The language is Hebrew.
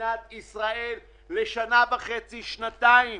למדינת ישראל לשנה וחצי-שנתיים,